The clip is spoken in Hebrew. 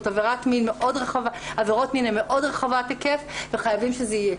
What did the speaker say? עבירות מין הן מאוד רחבות היקף וחייבים שזה יהיה.